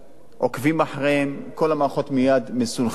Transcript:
עוקבים אחריהם, כל המערכות מייד מסונכרנות.